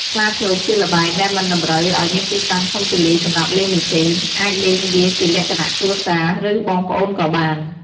ខ្លាឃ្លោកជាល្បែងដែលមិនតម្រូវឱ្យមានទីតាំងធំទូលាយសម្រាប់លេងនោះទេ អាចលេងវាជាលក្ខណៈគ្រួសារ ឬបងប្អូនក៏បាន។